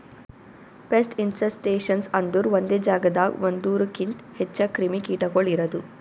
pest infestations ಅಂದುರ್ ಒಂದೆ ಜಾಗದಾಗ್ ಒಂದೂರುಕಿಂತ್ ಹೆಚ್ಚ ಕ್ರಿಮಿ ಕೀಟಗೊಳ್ ಇರದು